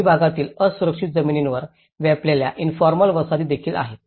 शहरी भागातील असुरक्षित जमिनींवर व्यापलेल्या इन्फॉर्मल वसाहती देखील आहेत